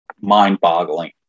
mind-boggling